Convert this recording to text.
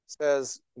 says